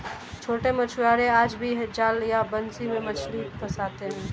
छोटे मछुआरे आज भी जाल या बंसी से मछली पकड़ते हैं